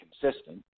consistent